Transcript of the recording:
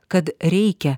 kad reikia